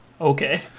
Okay